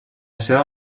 seva